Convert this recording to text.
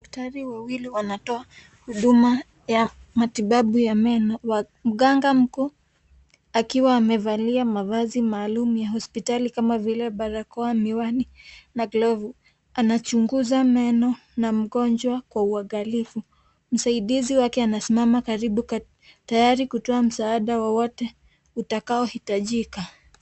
Daktari wawili wanatoa huduma ya mastibabu ya meno, mganga mkuu akiwa amevalia mavazi maalum ya hospitali kama vile barakoa miwani na glovu. Anachunguza meno na mgonjwa kwa uangalifu , msaidizi wake anasimama karibu tayari kutoa msaada wowote utakaohitajika.